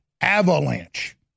avalanche